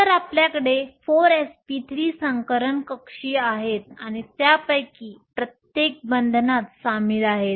तर आपल्याकडे 4sp3 संकरण कक्षीय आहेत आणि त्यापैकी प्रत्येक बंधनात सामील आहेत